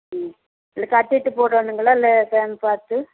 ம் இந்த கர்த்திட்டு போடணுங்களா இல்லை பேங்க் பார்த்து